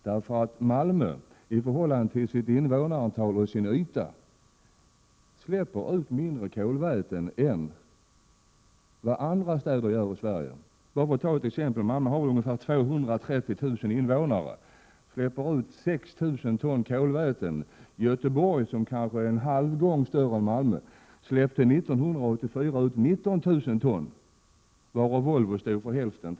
Malmö släpper i förhållande till sitt invånarantal och sin yta ut en mindre mängd kolväten än andra städer i Sverige. Låt mig ta ett exempel. Malmö, som har ungefär 230 000 invånare, släpper ut 6 000 ton kolväten, medan Göteborg, som kanske är en halv gång större än Malmö, 1984 släppte ut 19 000 ton, varav Volvo stod för hälften.